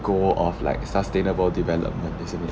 goal of like sustainable development isn't it